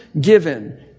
given